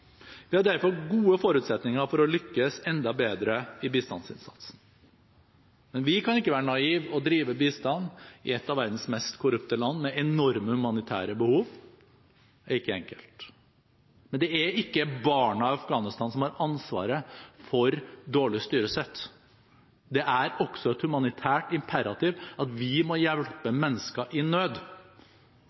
derfor gode forutsetninger for å lykkes enda bedre i bistandsinnsatsen. Men vi kan ikke være naive når vi driver bistand i et av verdens mest korrupte land med enorme humanitære behov. Det er ikke enkelt. Men det er ikke barna i Afghanistan som har ansvaret for dårlig styresett. Det er også et humanitært imperativ at vi må hjelpe mennesker i nød.